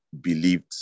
believed